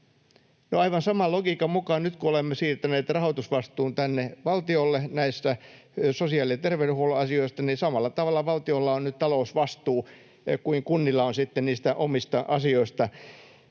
aivan saman logiikan mukaan nyt, kun olemme siirtäneet rahoitusvastuun tänne valtiolle sosiaali- ja terveydenhuollon asioista, samalla tavalla valtiolla on nyt talousvastuu kuin kunnilla on sitten niistä omista asioistaan.